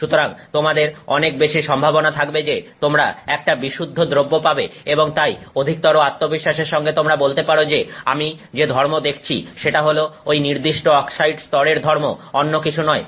সুতরাং তোমাদের অনেক বেশি সম্ভাবনা থাকবে যে তোমরা একটা বিশুদ্ধ দ্রব্য পাবে এবং তাই অধিকতর আত্মবিশ্বাসের সঙ্গে তোমরা বলতে পারো যে আমি যে ধর্ম দেখছি সেটা হল ওই নির্দিষ্ট অক্সাইড স্তরের ধর্ম অন্য কিছু নয়